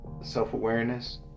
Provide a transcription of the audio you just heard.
self-awareness